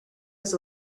was